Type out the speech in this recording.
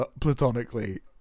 platonically